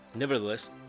Nevertheless